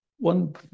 One